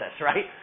right